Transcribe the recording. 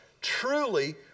truly